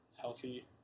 healthy